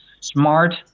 smart